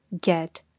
get